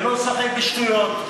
ולא לשחק בשטויות.